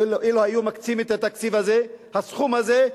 אילו היו מקצים את התקציב הזה, הסכום הזה,